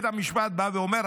בית המשפט בא ואומר,